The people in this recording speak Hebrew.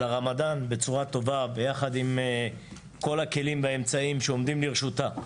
לרמדאן בצורה טובה ביחד עם כל הכלים והאמצעים שעומדים לרשותה,